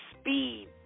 speed